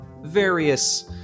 various